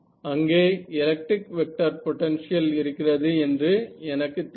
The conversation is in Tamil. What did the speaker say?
அங்கே எலக்ட்ரிக் வெக்டர் பொட்டன்ஷியல் இருக்கிறது என்று எனக்கு தெரியும்